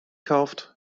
kauft